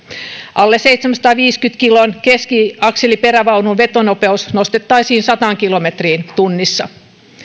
alle seitsemänsadanviidenkymmenen kilon keskiakseliperävaunun vetonopeus nostettaisiin sataan kilometriin tunnissa